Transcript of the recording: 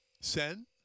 Sen